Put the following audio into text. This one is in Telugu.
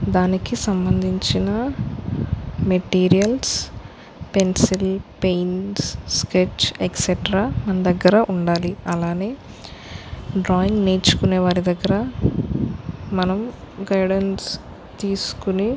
దానికి సంబంధించిన materials pencil paints sketch extra మన దగ్గర ఉండాలి అలానే డ్రాయింగ్ నేర్చుకునే వారి దగ్గర మనం గైడెన్స్ తీసుకుని